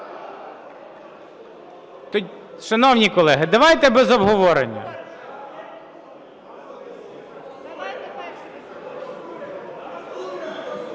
Шановні колеги, давайте без обговорення.